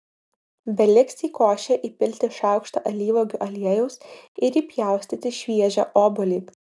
beliks į košę įpilti šaukštą alyvuogių aliejaus ir įpjaustyti šviežią obuolį